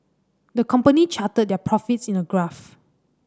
the company charted their profits in a graph